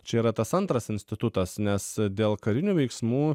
čia yra tas antras institutas nes dėl karinių veiksmų